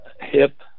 hip